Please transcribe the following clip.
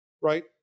right